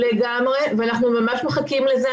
לגמרי, ואנחנו ממש מחכים לזה.